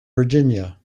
virginia